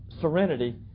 serenity